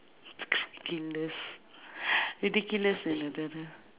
ridiculous you know